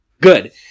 Good